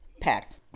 packed